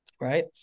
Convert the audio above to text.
right